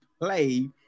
play